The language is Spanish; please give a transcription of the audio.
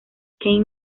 kane